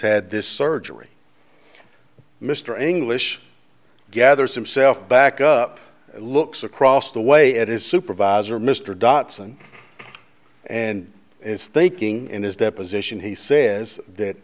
said this surgery mr english gather some self back up looks across the way it is supervisor mr dotson and it's taking in his deposition he says that